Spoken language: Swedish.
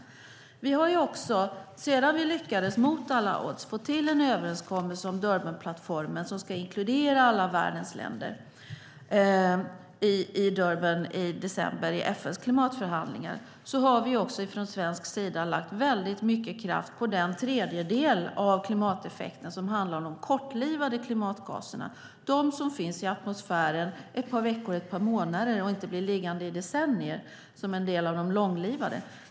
Sedan vi mot alla odds i Durban i december i FN:s klimatförhandlingar lyckades få till en överenskommelse om Durbanplattformen som ska inkludera alla världens länder har vi också från svensk sida lagt mycket kraft på den tredjedel av klimateffekten som handlar om de kortlivade klimatgaserna, som finns i atmosfären ett par veckor eller ett par månader och inte blir liggande i decennier, som en del av de långlivade.